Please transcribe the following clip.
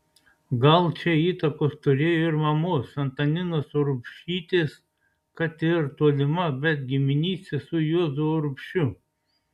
gal čia įtakos turėjo ir mamos antaninos urbšytės kad ir tolima bet giminystė su juozu urbšiu